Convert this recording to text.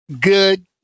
Good